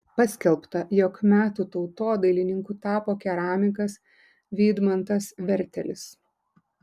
paskelbta jog metų tautodailininku tapo keramikas vydmantas vertelis